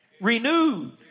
renewed